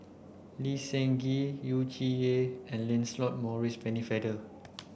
Lee Seng Gee Yu Zhuye and Lancelot Maurice Pennefather